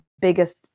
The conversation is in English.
biggest